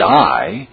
die